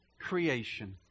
creation